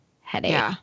headache